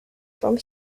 from